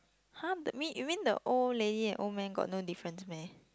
!huh! the mean you mean the old lady and old man got no difference meh